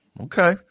Okay